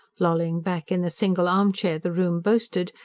lolling back in the single armchair the room boasted,